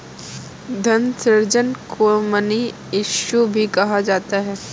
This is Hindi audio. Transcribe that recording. धन सृजन को मनी इश्यू भी कहा जाता है